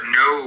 no